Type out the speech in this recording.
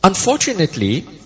Unfortunately